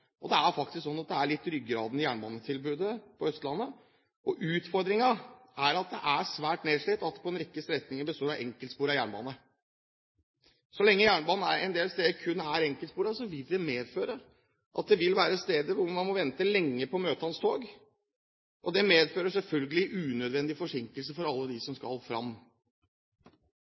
og er faktisk ryggraden i jernbanetilbudet på Østlandet. Utfordringen er at det er svært nedslitt, og at det på en rekke strekninger består av enkeltsporet jernbane. Så lenge jernbanen en del steder kun er enkeltsporet, vil det være steder hvor man må vente lenge på møtende tog. Det medfører selvfølgelig unødvendige forsinkelser for alle dem som skal fram,